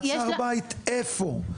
מעצר בית איפה?